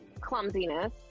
clumsiness